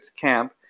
camp